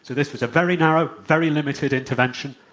so this was a very narrow, very limited intervention,